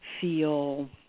feel